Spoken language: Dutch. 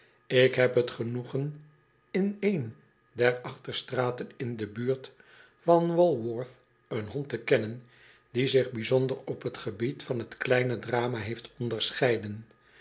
ik heb t genoegen in een der achterstraten in de buurt van walworth een hond te kennen die zich bijzonder op t gebied van t kleine drama heeft onderscheiden